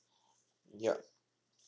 ya